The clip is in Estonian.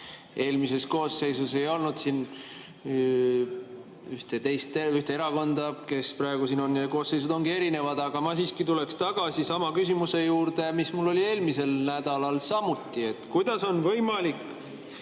Eelmises koosseisus ei olnud ühte erakonda, kes praegu siin on. Koosseisud ongi erinevad. Aga ma tuleksin tagasi sama küsimuse juurde, mis mul oli eelmisel nädalal samuti. Kuidas on võimalik